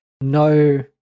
no